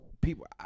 people